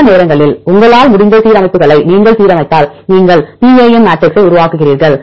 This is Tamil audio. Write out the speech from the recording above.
சில நேரங்களில் உங்களால் முடிந்த சீரமைப்புகளை நீங்கள் சீரமைத்தால் நீங்கள் PAM மேட்ரிக்ஸை உருவாக்குகிறீர்கள்